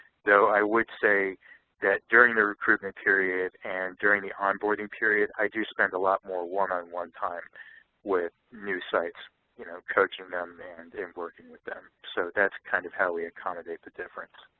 though i would say that during the recruitment period and during the on-boarding period i do spend a lot more one-on-one time with new sites you know coaching them and working with them. so that's kind of how we accommodate the difference.